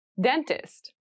Dentist